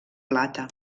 plata